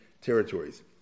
territories